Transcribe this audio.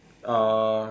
uh